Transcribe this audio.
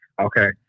Okay